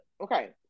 okay